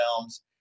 Films